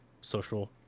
social